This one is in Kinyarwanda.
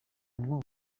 mwo